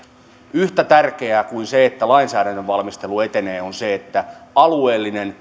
yhtä tärkeää kuin se että lainsäädännön valmistelu etenee on se että alueellinen